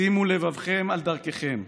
שימו לבבכם על דרכיכם.